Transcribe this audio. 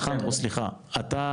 אלחנדרו, סליחה,